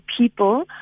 people